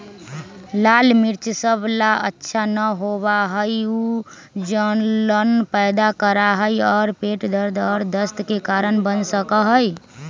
लाल मिर्च सब ला अच्छा न होबा हई ऊ जलन पैदा करा हई और पेट दर्द और दस्त के कारण बन सका हई